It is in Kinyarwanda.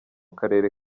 karere